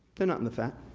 they're not in the fat.